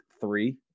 three